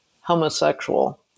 homosexual